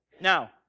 Now